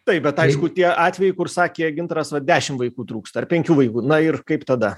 taip bet aišku tie atvejai kur sakė gintaras vat dešim vaikų trūksta ar penkių vaikų na ir kaip tada